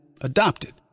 adopted